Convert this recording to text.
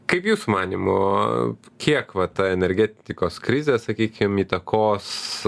kaip jūsų manymu kiek vat ta energetikos krizė sakykim įtakos